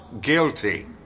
guilty